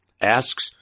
asks